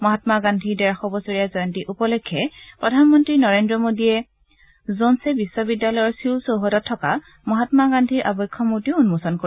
মহামা গান্ধীৰ ডেৰশ বছৰীয়া জয়ন্তী উপলক্ষে প্ৰধানমন্তী নৰেন্দ্ৰ মোদীয়ে যোনচে বিশ্ববিদ্যালয়ৰ চিউল চৌহদত থকা মহান্মা গান্ধীৰ আবক্ষ মূৰ্তিও উন্মোচন কৰিব